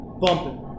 bumping